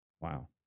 Wow